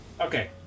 Okay